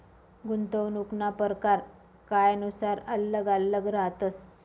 गुंतवणूकना परकार कायनुसार आल्लग आल्लग रहातस